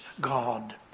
God